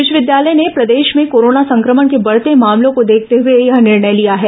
विश्वविद्यालय ने प्रदेश में कोरोना संक्रमण के बढ़ते मामलों को देखते हुए यह निर्णय लिया है